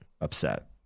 upset